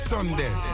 Sunday